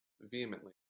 vehemently